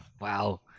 wow